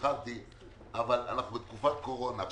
אנחנו בתקופת קורונה.